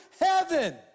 heaven